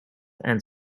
and